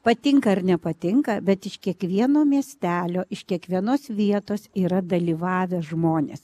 patinka ar nepatinka bet iš kiekvieno miestelio iš kiekvienos vietos yra dalyvavę žmonės